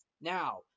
Now